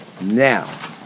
Now